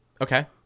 Okay